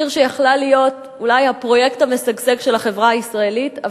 עיר שיכלה להיות אולי הפרויקט המשגשג של החברה הישראלית,